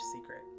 secret